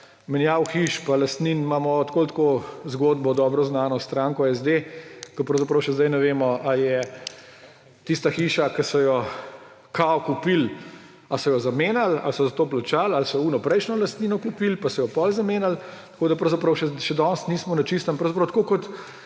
menjav hiš pa lastnin imamo tako ali tako zgodbo – dobro znano stranko SD, ko pravzaprav še zdaj ne vemo, ali je tista hiša, ki so jo kao kupili, ali so jo zamenjali, ali so za to plačali, ali so tisto prejšnjo lastnino kupili pa so jo potem zamenjali. Pravzaprav še danes nismo na čistem, tako kot